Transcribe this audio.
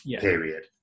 period